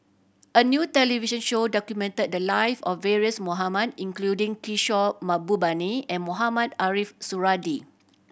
a new television show documented the live of various Mohamed including Kishore Mahbubani and Mohamed Ariff Suradi